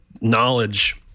knowledge